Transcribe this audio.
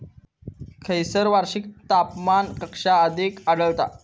खैयसर वार्षिक तापमान कक्षा अधिक आढळता?